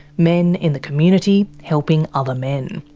men in the community helping other men.